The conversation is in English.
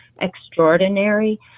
extraordinary